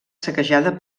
saquejada